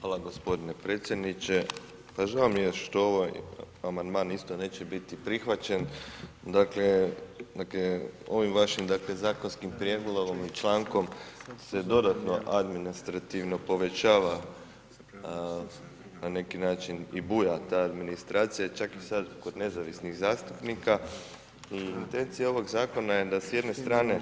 Hvala gospodine predsjedniče, pa žao mi je što ovaj amandman isto neće biti prihvaćen, dakle ovim vašim dakle zakonskim prijedlogom i člankom se dodatno administrativno povećava na neki način i buja ta administracija i čak i sad kod nezavisnih zastupnika i intencija ovog zakona je da s jedne strane